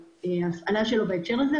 ההפעלה שלו בהקשר זה.